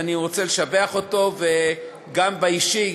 אני רוצה לשבח אותו, גם אישית.